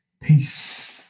Peace